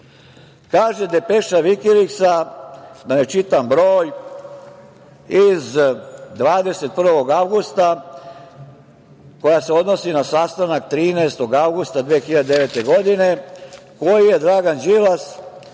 Kaže depeša Vikiliksa, da ne čitam broj, od 21. avgusta, koja se odnosi na sastanak 13. avgusta 2009. godine, koji je Dragan Đilas